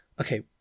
Okay